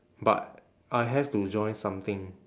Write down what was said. but I have to join something